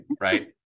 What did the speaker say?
right